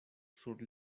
sur